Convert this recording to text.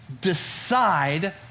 decide